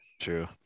true